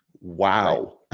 wow.